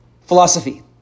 philosophy